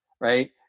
Right